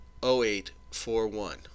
0841